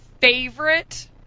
favorite